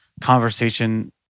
conversation